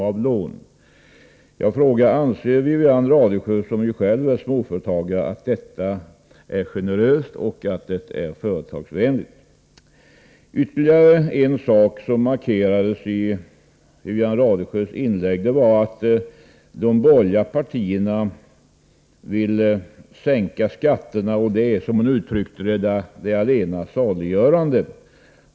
Anser Wivi-Anne Radesjö, som själv är småföretagare, att detta är generöst och att det är företagsvänligt? Ytterligare en sak som markerades i Wivi-Anne Radesjös inlägg var att de borgerliga partierna ville sänka skatterna och att detta, som hon uttryckte det, är det allena saliggörande.